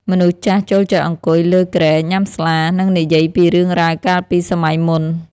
មនុស្សចាស់ចូលចិត្តអង្គុយលើគ្រែញ៉ាំស្លា និងនិយាយពីរឿងរ៉ាវកាលពីសម័យមុន។